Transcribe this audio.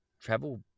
travel